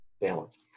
balance